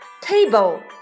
Table